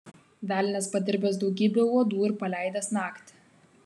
velnias padirbęs daugybę uodų ir paleidęs naktį